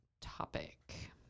topic